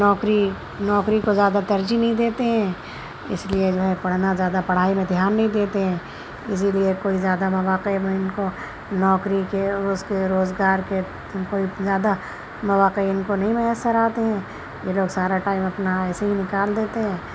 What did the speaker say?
نوکری نوکری کو زیادہ ترجیح نہیں دیتے ہیں اِس لیے جو ہے پڑھنا زیادہ پڑھائی میں دھیان نہیں دیتے ہیں اِسی لیے کوئی زیادہ مواقع میں اِن کو نوکری کے وہ اِس کے روزگار کے زیادہ مواقع ان کو نہیں میسر آتے ہیں یہ لوگ سارا ٹائم اپنا ایسے ہی نکال دیتے ہیں